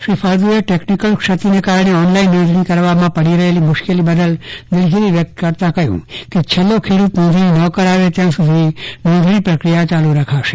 શ્રી ફળદુએ ટેકનીક્લ ક્ષતિના કારણે ઓનલાઇન નોંધણી કરવામાં પડી રહેલી મુશ્કેલી બદલ દિલગીરી વ્યક્ત કરતાં જણાવ્યું કે છેલ્લો ખેડૂત નોંધણી ન કરાવે ત્યાં સુધી નોંધણી પ્રક્રિયા ચાલુ રખાશે